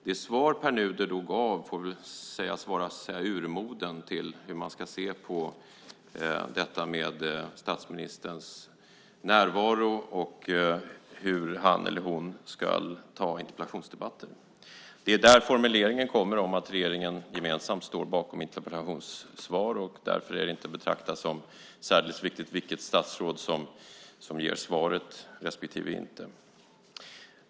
Det svar som Pär Nuder då gav får väl sägas vara urmodern till hur man ska se på statsministerns närvaro och hur han eller hon ska ta interpellationsdebatter. Det är där formuleringen kommer om att regeringen gemensamt står bakom interpellationssvar och att det därför inte är att betrakta som särdeles viktigt vilket statsråd som ger svaret respektive inte.